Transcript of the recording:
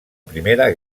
primera